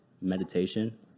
meditation